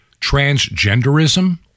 transgenderism